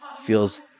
feels